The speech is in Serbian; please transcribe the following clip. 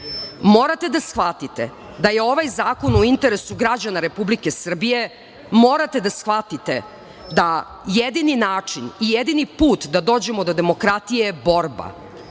da shvatite da je ovaj zakon u interesu građana Republike Srbije. Morate da shvatite da jedini način i jedini put da dođemo do demokratije je borba.